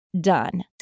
done